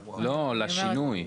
לשינוי.